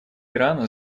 ирана